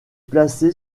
placée